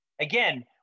Again